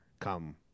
come